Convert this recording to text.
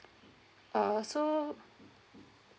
uh so